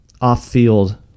off-field